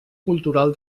cultural